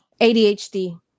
ADHD